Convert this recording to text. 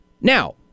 Now